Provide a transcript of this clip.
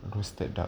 roasted duck